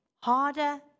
harder